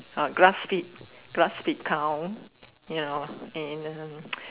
uh grass feed grass feed cow you know and um